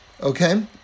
okay